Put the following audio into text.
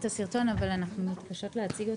את הסרטון אבל אנחנו מתקשות להציג אותו.